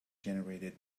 generated